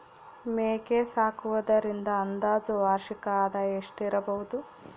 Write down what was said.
ಮೇಕೆ ಸಾಕುವುದರಿಂದ ಅಂದಾಜು ವಾರ್ಷಿಕ ಆದಾಯ ಎಷ್ಟಿರಬಹುದು?